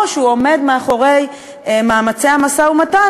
או שהוא עומד מאחורי מאמצי המשא-ומתן,